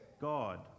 God